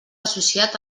associat